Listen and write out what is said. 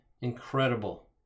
incredible